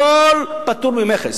הכול פטור ממכס.